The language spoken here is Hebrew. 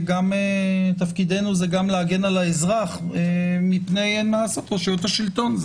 תפקידנו זה גם להגן על האזרח מפני רשויות השלטון,